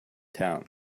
town